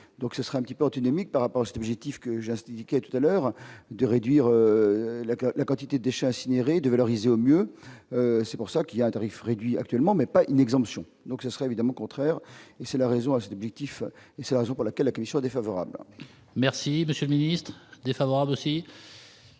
donc ce sera un petit peu antinomique par rapport à qui subjectif que j'astiquer tout à l'heure de réduire la quantité déchets incinérés de valoriser au mieux, c'est pour ça qu'il y a un tarif réduit actuellement mais pas une exemption donc ce serait évidemment contraire et c'est la raison à ce négatif et c'est la raison pour laquelle la Commission défavorable. Merci, Monsieur le Ministre défavorable aussi.